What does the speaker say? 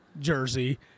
jersey